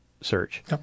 search